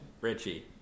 richie